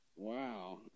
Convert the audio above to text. Wow